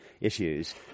issues